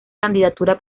candidatura